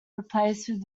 replaced